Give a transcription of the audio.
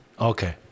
Okay